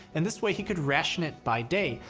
and this way, he could ration it by day,